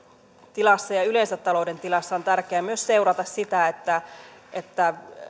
tilassa ja yleensä talouden tilassa on tärkeää myös seurata sitä että että